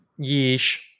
Yeesh